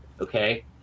okay